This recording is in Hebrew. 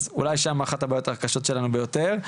אז אולי שם אחת הבעיות הקשות שלנו ביותר.